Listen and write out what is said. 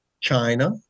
China